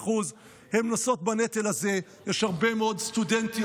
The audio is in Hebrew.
גם אם הוא שירת רק,